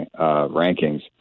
rankings